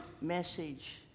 message